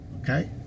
Okay